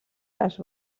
les